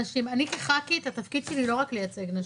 אני, כחברת כנסת, התפקיד שלי לא רק לייצג נשים.